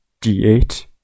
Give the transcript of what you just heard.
d8